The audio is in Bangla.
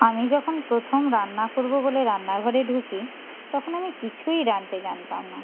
আমি যখন প্রথম রান্না করবো বলে রান্না ঘরে ঢুকি তখন আমি কিছুই রাঁধতে জানতাম না